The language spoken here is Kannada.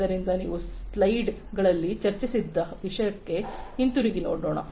ಆದ್ದರಿಂದ ನಾವು ಸ್ಲೈಡ್ಗಳಲ್ಲಿ ಚರ್ಚಿಸುತ್ತಿದ್ದ ವಿಷಯಕ್ಕೆ ಹಿಂತಿರುಗಿ ನೋಡೋಣ